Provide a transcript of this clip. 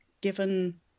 given